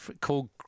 called